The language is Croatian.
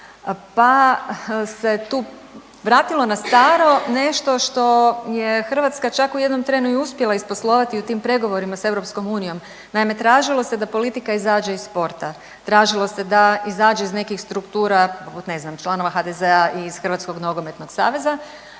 pa se tu vratilo na staro nešto što je Hrvatska čak u jednom trenu i uspjela isposlovati u tim pregovorima s EU. Naime, tražilo se da politika izađe iz sporta, tražilo se da izađe iz nekih struktura poput ne znam članova HDZ-a iz Hrvatskog nogometnog saveza,